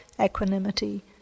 equanimity